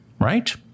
right